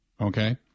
okay